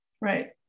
Right